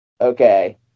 Okay